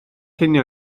cinio